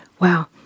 Wow